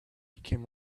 came